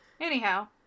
Anyhow